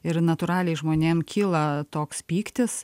ir natūraliai žmonėm kyla toks pyktis